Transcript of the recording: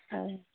औ